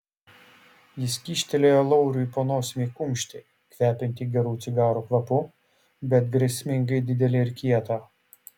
jis kyštelėjo lauriui po nosimi kumštį kvepiantį gerų cigarų kvapu bet grėsmingai didelį ir kietą